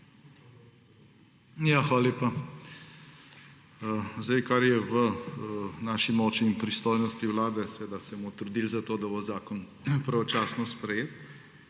Hvala lepa. Kar je v naši moči in pristojnosti Vlade, se bomo trudil za to, da bo zakon pravočasno sprejet